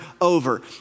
over